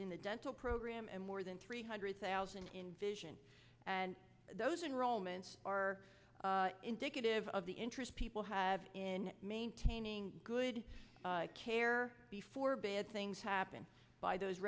in the dental program and more than three hundred thousand in vision and those enrollments are indicative of the interest people have in maintaining good care before bad things happen by those